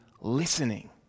listening